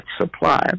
supply